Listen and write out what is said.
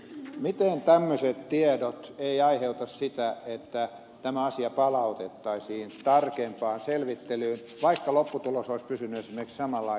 miten tämmöiset tiedot eivät aiheuta sitä että tämä asia palautettaisiin tarkempaan selvittelyyn vaikka lopputulos pysyisi esimerkiksi samanlaisena